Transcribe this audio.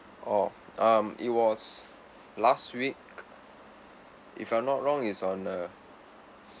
orh um it was last week if I'm not wrong is on a